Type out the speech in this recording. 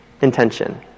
intention